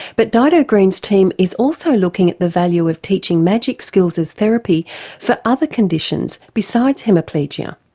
but dido green's team is also looking at the value of teaching magic skills as therapy for other conditions besides hemiplegia.